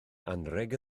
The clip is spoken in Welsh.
anrheg